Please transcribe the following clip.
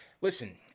Listen